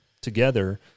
together